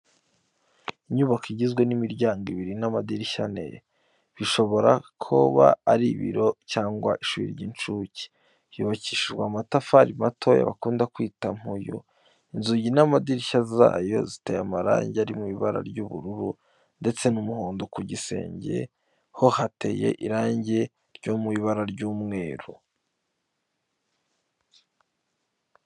Inyubako igizwe n'imiryango ibiri n'amadirishya ane, bishobora kuba ari ibiro cyangwa ishuri ry'incuke. Yubakishijwe amatafari matoya bakunda kwita:"Mpunyu", inzugi n'amadirishya zayo ziteye amarangi ari mu ibara ry'ubururu ndetse n'umuhondo, ku gisenge ho hateye irangi ryo mu ibara ry'umweru.